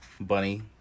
bunny